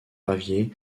javier